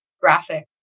graphic